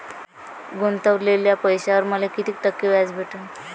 गुतवलेल्या पैशावर मले कितीक टक्के व्याज भेटन?